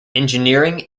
engineering